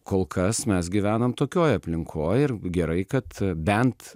kol kas mes gyvenam tokioj aplinkoj ir gerai kad bent